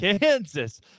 Kansas